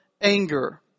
anger